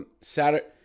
Saturday